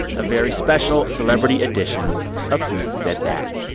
a very special celebrity edition of who said that.